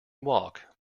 walk